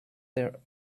there